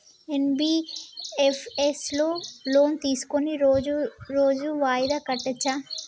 NBFS లో loan తీస్కొని రోజు రోజు వాయిదా కట్టచ్ఛా?